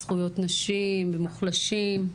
בזכויות נשים ומוחלשים,